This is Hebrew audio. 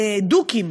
דוקים,